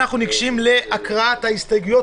אנחנו ניגשים להקראת ההסתייגויות